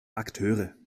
akteure